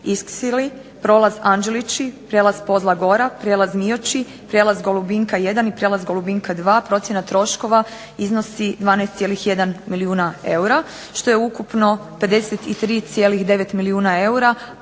Iksili, Prolaz Anđelić, Prijelaz POzla Gora, Prijelaz Mioči, Prijelaz Golubinka 1, Prijelaz Golubina 2. procjena troškova iznosi 12,1 milijuna eura, što je ukupno 53,9 milijuna eura,